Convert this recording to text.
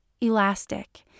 elastic